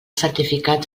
certificats